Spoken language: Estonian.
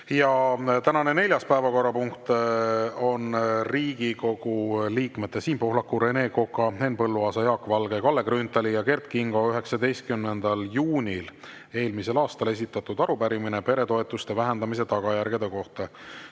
Tänane neljas päevakorrapunkt on Riigikogu liikmete Siim Pohlaku, Rene Koka, Henn Põlluaasa, Jaak Valge, Kalle Grünthali ja Kert Kingo 19. juunil eelmisel aastal esitatud arupärimine peretoetuste vähendamise tagajärgede kohta.